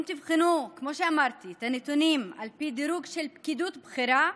אם תבחנו את הנתונים לפי דירוג של פקידות בכירה,